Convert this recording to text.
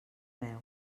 veu